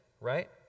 right